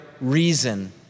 reason